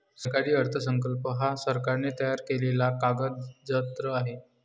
सरकारी अर्थसंकल्प हा सरकारने तयार केलेला कागदजत्र आहे